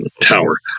tower